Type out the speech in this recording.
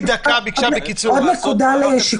עוד נקודה למחשבה,